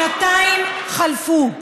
שנתיים חלפו.